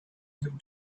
him